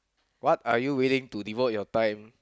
what are you willing to devote your time